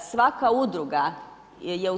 Svaka udruga je